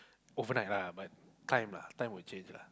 overnight lah but time lah time will change lah